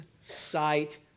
sight